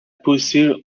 possible